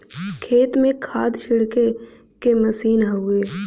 खेत में खाद छिड़के के मसीन हउवे